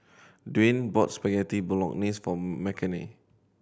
Dwyane bought Spaghetti Bolognese for Makenna